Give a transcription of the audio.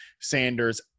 Sanders